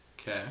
Okay